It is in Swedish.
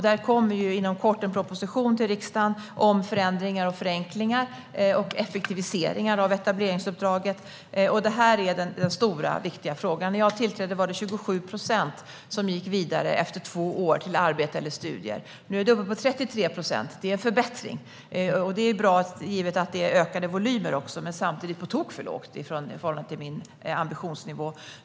Det kommer inom kort en proposition till riksdagen om förändringar, förenklingar och effektiviseringar av etableringsuppdraget. Detta är den stora, viktiga frågan. När jag tillträdde var det 27 procent som efter två år gick vidare till arbete eller studier. Nu är det uppe på 33 procent, så det är en förbättring. Detta är bra, givet att det också rör sig om ökade volymer, men det är samtidigt på tok för lågt i förhållande till min ambitionsnivå.